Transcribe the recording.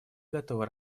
готовы